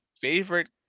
Favorite